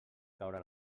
caure